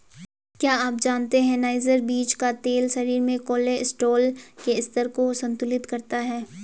क्या आप जानते है नाइजर बीज का तेल शरीर में कोलेस्ट्रॉल के स्तर को संतुलित करता है?